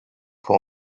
pour